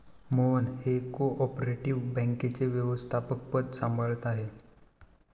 मोहन हे cooperative बँकेचे व्यवस्थापकपद सांभाळत आहेत